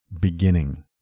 beginning